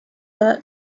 the